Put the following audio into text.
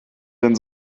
denn